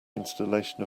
installation